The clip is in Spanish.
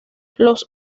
los